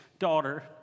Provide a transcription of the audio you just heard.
daughter